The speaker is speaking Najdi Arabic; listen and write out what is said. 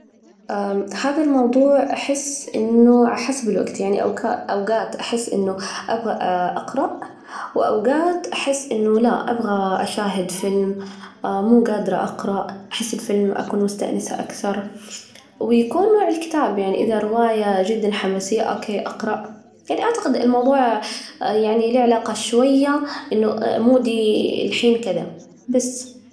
هادا الموضوع أحس إنه علي حسب بالوجت، يعني أوجات أحس إنه أبغى أقرأ، وأوجات أحس إنه لا، أبغى أشاهد فيلم مو قادرة أقرأ، أحس الفيلم أكون مستأنسة أكثر، ويكون نوع الكتاب يعني إذا رواية جدًا حماسية أوكي أقرأ، يعني أعتقد الموضوع يعني له علاقة شوية إنه مودي الحين كذا بس.